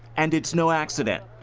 and it is no accident.